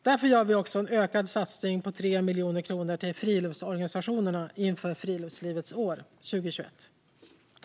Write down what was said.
Därför gör vi en ökad satsning med 3 miljoner kronor till friluftsorganisationerna inför Friluftslivets år 2021.